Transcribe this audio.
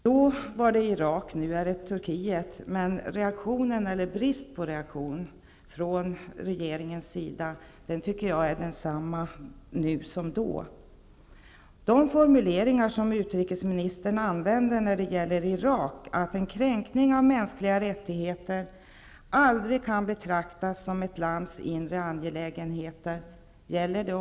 Då handlade det om Irak, nu är det Turkiet det handlar om. Reaktionen -- eller frånvaron av reaktion -- från regeringens sida är emellertid densamma nu som då, tycker jag. Gäller de formuleringar som utrikesministern använde när det gäller Irak, nämligen att kränkningar av de mänskliga rättigheterna aldrig kan betraktas som ett lands inre angelägenhet, också Turkiet?